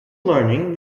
learning